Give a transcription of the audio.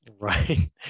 Right